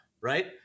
right